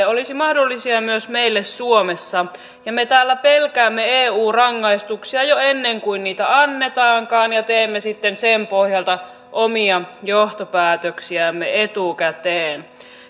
olisivat mahdollisia myös meille suomessa me täällä pelkäämme eun rangaistuksia jo ennen kuin niitä annetaankaan ja teemme sitten sen pohjalta omia johtopäätöksiämme etukäteen